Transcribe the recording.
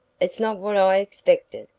it's not what i expected,